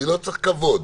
אני לא צריך כבוד.